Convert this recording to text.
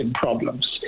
problems